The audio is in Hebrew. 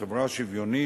חברה שוויונית,